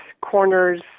corners